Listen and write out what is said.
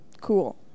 cool